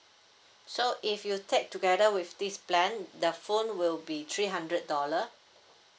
so if you take together with this plan the phone will be three hundred dollar